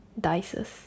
dices